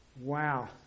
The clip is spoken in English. Wow